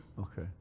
okay